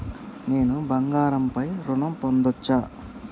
నేను బంగారం పై ఋణం పొందచ్చా?